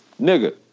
Nigga